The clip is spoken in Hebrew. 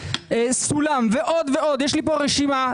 סולם ועוד יש לי רשימה.